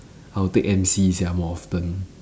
I'll take M_C sia more often